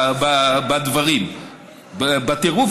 בדברים בטירוף,